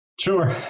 Sure